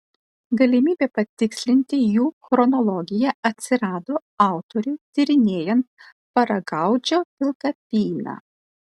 galimybė patikslinti jų chronologiją atsirado autoriui tyrinėjant paragaudžio pilkapyną